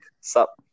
sup